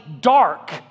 dark